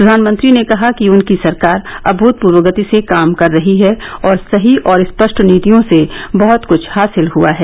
प्रधानमंत्री ने कहा कि उनकी सरकार अभूतपूर्व गति से काम कर रही है और सही और स्पष्ट नीतियों से बहत कुछ हासिल हुआ है